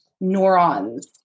neurons